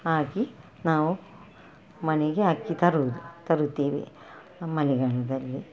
ಹಾಕಿ ನಾವು ಮನೆಗೆ ಅಕ್ಕಿ ತರುವುದು ತರುತ್ತೇವೆ ಮಳೆಗಾಲದಲ್ಲಿ